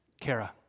Kara